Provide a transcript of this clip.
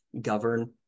govern